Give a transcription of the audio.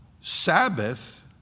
Sabbath